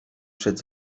przed